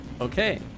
Okay